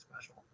special